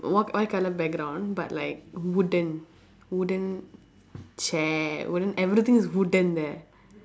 whi~ white colour background but like wooden wooden chair wooden everything is wooden there